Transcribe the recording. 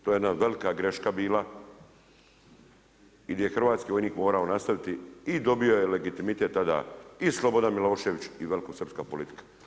To je jedna velika greška bila i gdje je hrvatski vojnik morao nastaviti i dobio je legalitet tada i Slobodan Milošević i velikosrpska politika.